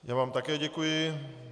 Já vám také děkuji.